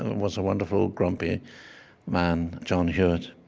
was a wonderful, grumpy man, john hewitt?